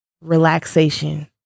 relaxation